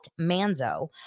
Manzo